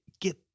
get